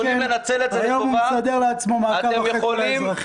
היום הוא מסדר לעצמו מעקב אחרי האזרחים